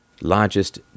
largest